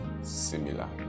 similar